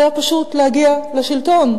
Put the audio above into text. זה היה פשוט להגיע לשלטון,